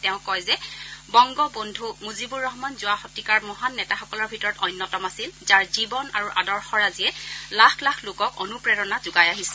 তেওঁ কয় যে বংগবন্ধু মুজিবুৰ ৰহমান যোৱা শতিকাৰ মহান নেতাসকলৰ ভিতৰত অন্যতম আছিল যাৰ জীৱন আৰু আদৰ্শৰাজিয়ে লাখ লাখ লোকক অনুপ্ৰেৰণা যোগাই আহিছে